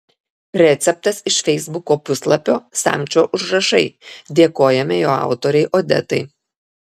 receptas iš feisbuko puslapio samčio užrašai dėkojame jo autorei odetai